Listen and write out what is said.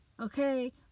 Okay